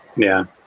yeah.